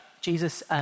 Jesus